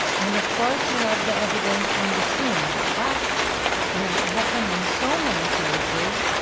and of course you have the evidence in the scene. but as happened in so many cases,